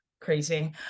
Crazy